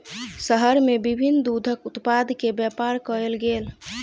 शहर में विभिन्न दूधक उत्पाद के व्यापार कयल गेल